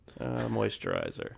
moisturizer